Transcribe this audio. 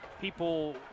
people